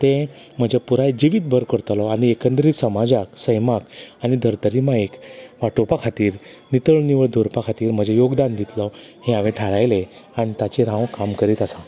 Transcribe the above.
तें म्हज्या पुराय जिवीत भर करतलो एकंदरीत समाजाक सैमाक आनी धर्तरी मायेक वाटोवपा खातीर नितळ निवळ दवरपा खातीर म्हजें योगदान दितलो हें हांवें थारायले आनी ताचेर हांव काम करीत आसां